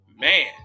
Man